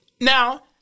Now